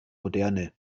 moderne